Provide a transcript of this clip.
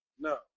No